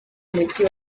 mujyi